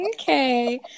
Okay